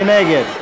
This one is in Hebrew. מי נגד?